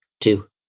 two